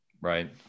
right